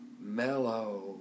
mellow